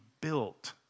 built